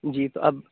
جی تو اب